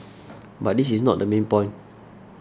but this is not the main point